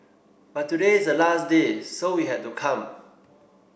but today is the last day so we had to come